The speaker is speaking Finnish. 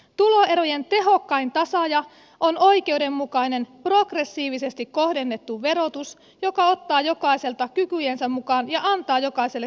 tuloerojen tehokkain tasaaja on oikeudenmukainen progressiivisesti kohdennettu verotus joka ottaa jokaiselta kykyjensä mukaan ja antaa jokaiselle tarpeen mukaan